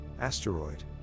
asteroid